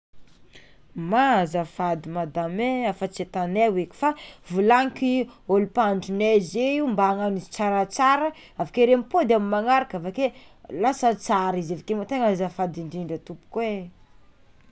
Mah azafady madama e efa tsy ataone oeky fa volaniky i ôlo mpahandronay zio mba hagnagno izy tsaratsara aveke re mipody amy magnaraka lasa tsara izy avakeo tegna azafady ndrindra tompoko e.